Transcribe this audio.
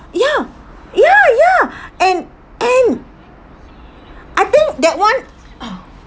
ya ya ya and and I think that one oh